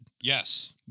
Yes